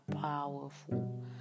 powerful